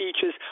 teachers